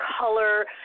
color